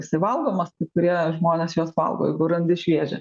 jisai valgomas kai kurie žmonės juos valgo jeigu randi šviežią